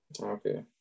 okay